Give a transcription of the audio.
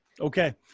okay